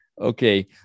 okay